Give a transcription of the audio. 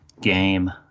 game